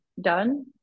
done